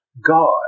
God